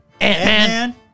Ant-Man